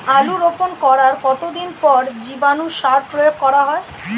আলু রোপণ করার কতদিন পর জীবাণু সার প্রয়োগ করা হয়?